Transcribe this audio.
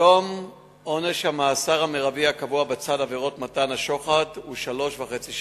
היום עונש המאסר המרבי הקבוע בצד עבירות מתן השוחד הוא שלוש שנים וחצי,